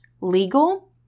legal